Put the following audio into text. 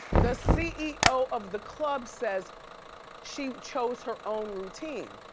the ceo of the club says she chose her own routine.